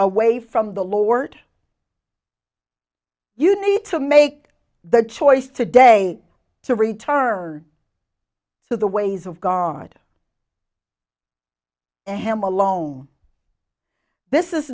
away from the lord you need to make the choice today to return to the ways of god and him alone this is